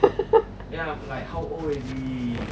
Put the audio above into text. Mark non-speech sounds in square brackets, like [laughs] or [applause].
[laughs]